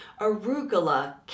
arugula